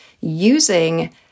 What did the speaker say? using